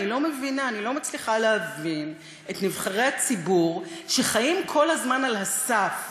אני לא מצליחה להבין את נבחרי הציבור שחיים כל הזמן על הסף,